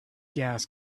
gas